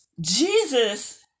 Jesus